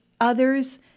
Others